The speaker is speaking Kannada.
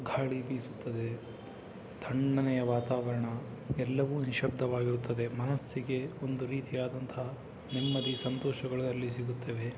ಗಾಳಿ ಬೀಸುತ್ತದೆ ತಣ್ಣನೆಯ ವಾತಾವರಣ ಎಲ್ಲವೂ ನಿಶಬ್ದವಾಗಿರುತ್ತದೆ ಮನಸ್ಸಿಗೆ ಒಂದು ರೀತಿಯಾದಂಥ ನೆಮ್ಮದಿ ಸಂತೋಷಗಳು ಅಲ್ಲಿ ಸಿಗುತ್ತವೆ